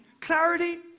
Clarity